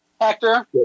Hector